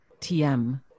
TM